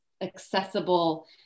accessible